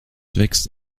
wächst